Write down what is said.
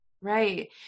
Right